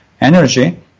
energy